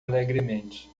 alegremente